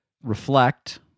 Reflect